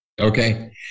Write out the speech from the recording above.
Okay